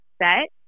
set